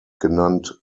genannt